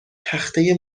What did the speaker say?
تخته